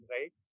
right